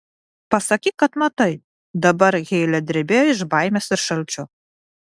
pasakyk kad matai dabar heile drebėjo iš baimės ir šalčio